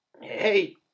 hey